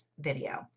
video